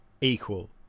equal